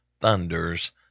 thunders